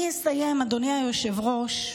אני אסיים, אדוני היושב-ראש,